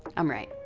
i'm right.